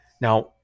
Now